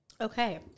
okay